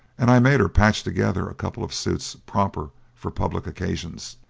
and i made her patch together a couple of suits proper for public occasions.